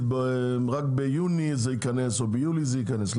רק ביוני זה ייכנס או ביולי זה ייכנס,